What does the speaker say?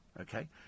okay